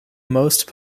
most